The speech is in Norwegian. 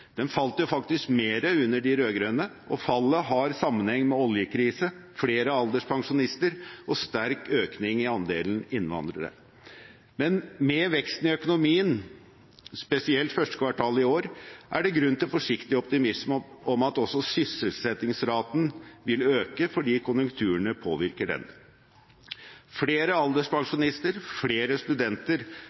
Den falt faktisk mer under de rød-grønne, og fallet har sammenheng med oljekrisen, flere alderspensjonister og sterk økning i andelen innvandrere. Med veksten i økonomien, spesielt 1. kvartal i år, er det grunn til forsiktig optimisme om at også sysselsettingsraten vil øke, fordi konjunkturene påvirker denne. Flere alderspensjonister, flere studenter